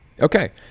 okay